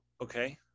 okay